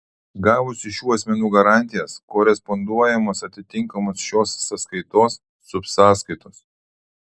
gavus iš šių asmenų garantijas koresponduojamos atitinkamos šios sąskaitos subsąskaitos